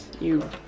you-